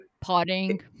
potting